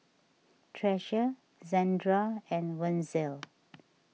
Treasure Zandra and Wenzel